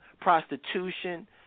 prostitution